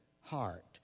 heart